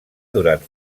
durant